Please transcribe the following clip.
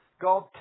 God